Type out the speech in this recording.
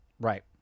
right